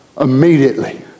Immediately